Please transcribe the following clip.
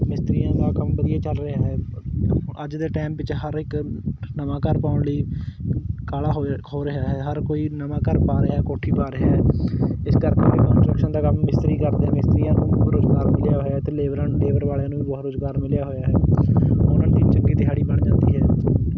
ਮਿਸਤਰੀਆਂ ਦਾ ਕੰਮ ਵਧੀਆ ਚੱਲ ਰਿਹਾ ਹੈ ਅੱਜ ਦੇ ਟਾਈਮ ਵਿੱਚ ਹਰ ਇੱਕ ਨਵਾਂ ਘਰ ਪਾਉਣ ਲਈ ਕਾਹਲਾ ਹੋ ਹੋ ਰਿਹਾ ਹਰ ਕੋਈ ਨਵਾਂ ਘਰ ਪਾ ਰਿਹਾ ਕੋਠੀ ਪਾ ਰਿਹਾ ਇਸ ਕਰਕੇ ਕੰਨਟ੍ਰਕਸ਼ਨ ਦਾ ਕੰਮ ਮਿਸਤਰੀ ਕਰਦੇ ਮਿਸਤਰੀਆਂ ਨੂੰ ਰੋਜ਼ਗਾਰ ਮਿਲਿਆ ਹੋਇਆ ਅਤੇ ਲੇਬਰਾਂ ਲੇਬਰ ਵਾਲਿਆਂ ਨੂੰ ਵੀ ਬਹੁਤ ਰੋਜ਼ਗਾਰ ਮਿਲਿਆ ਹੋਇਆ ਹੈ ਉਹਨਾਂ ਦੀ ਚੰਗੀ ਦਿਹਾੜੀ ਬਣ ਜਾਂਦੀ ਹੈ